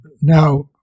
now